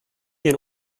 den